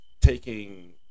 taking